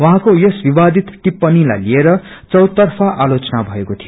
उहाँको यस विवादित टिप्पणीलाई लिएर चौतर्फा आलोचना भएको थियो